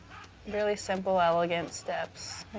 really simple, elegant steps,